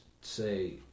say